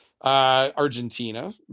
argentina